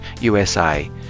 USA